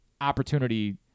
opportunity